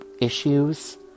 issues